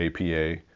APA